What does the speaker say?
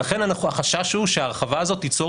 ולכן אנחנו החשש שהוא שההרחבה הזאת תיצור